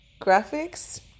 graphics